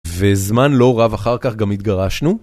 וזמן לא רב אחר כך גם התגרשנו